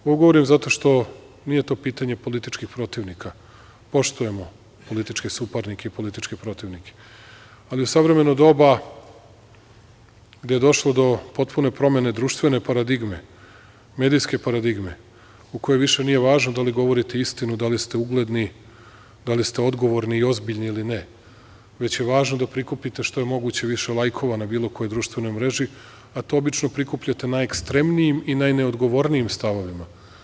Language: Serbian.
Ovo govorim zato što to nije pitanje političkih protivnika, poštujemo političke suparnike i političke protivnike, ali u savremeno doba gde je došlo do potpune promene društvene paradigme, medijske paradigme, u kojoj više nije važno da li govorite istinu, da li ste ugledni, da li ste odgovorni ili ozbiljni ili ne, već je važno da prikupite što je moguće više lajkova, na bilo kojoj društvenoj mreži, a to obično prikupljate na ekstremnijim i najneodgovornijim stavovima.